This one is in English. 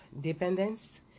dependence